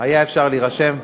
היה אפשר להירשם,